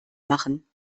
machen